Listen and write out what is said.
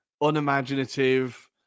unimaginative